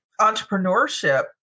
entrepreneurship